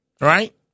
right